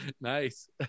nice